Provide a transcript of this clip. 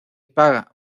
paga